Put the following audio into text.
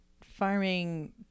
farming